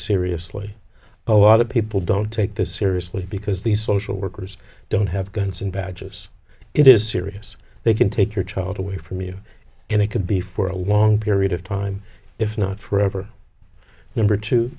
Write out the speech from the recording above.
seriously oh other people don't take this seriously because these social workers don't have guns and badges it is serious they can take your child away from you and it could be for a long period of time if not forever number t